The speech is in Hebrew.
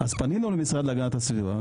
אז פנינו למשרד להגנת הסביבה,